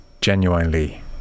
genuinely